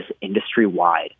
industry-wide